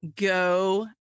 go